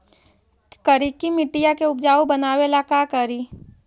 करिकी मिट्टियां के उपजाऊ बनावे ला का करी?